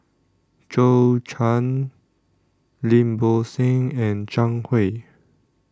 Zhou Can Lim Bo Seng and Zhang Hui